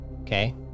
Okay